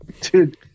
dude